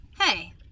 Hey